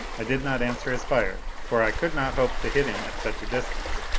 i did not answer his fire, for i could not hope to hit him at such a distance,